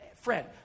friend